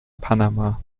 panama